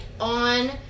on